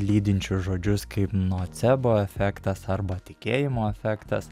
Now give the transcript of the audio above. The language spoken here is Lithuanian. lydinčius žodžius kaip nocebo efektas arba tikėjimo efektas